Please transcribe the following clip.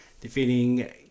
defeating